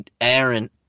Aaron